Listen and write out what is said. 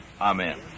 Amen